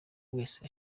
wese